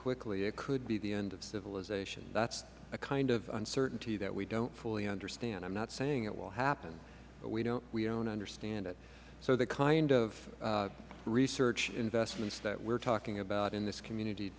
quickly it could be the end of civilization that is a kind of uncertainty that we don't fully understand i am not saying it will happen but we don't understand it so the kind of research investments that we are talking about in this community